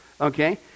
okay